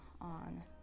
on